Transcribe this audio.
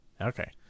Okay